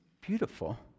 beautiful